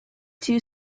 two